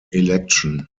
election